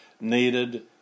needed